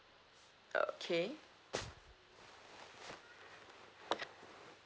okay